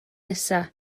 nesaf